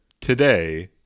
Today